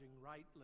rightly